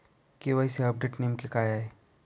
KYC update नेमके काय आहे?